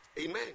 amen